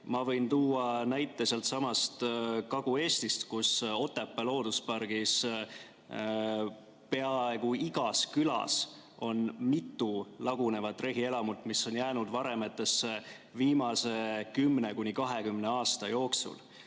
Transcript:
Ma võin tuua näite sealtsamast Kagu-Eestist, kus Otepää looduspargis peaaegu igas külas on mitu lagunevat rehielamut, mis on jäänud varemetesse viimase kümne-kahekümne aasta jooksul.